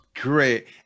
Great